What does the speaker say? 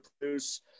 produce